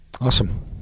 Awesome